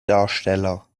darsteller